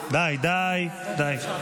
--- די, די, די.